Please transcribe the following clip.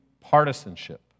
partisanship